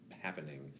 Happening